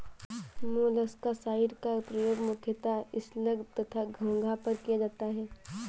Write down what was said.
मोलॉक्साइड्स का प्रयोग मुख्यतः स्लग तथा घोंघा पर किया जाता है